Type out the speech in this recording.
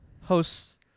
hosts